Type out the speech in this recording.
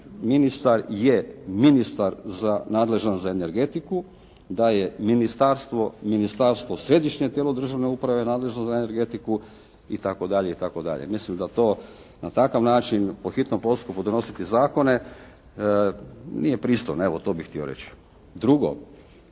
ministar je ministar nadležan za energetiku, da je ministarstvo središnje tijelo državne uprave nadležno za energetiku i tako dalje i tako dalje. Mislim da to na takav način po hitnom postupku donositi zakone nije pristojno. Evo, to bih htio reći. Drugo,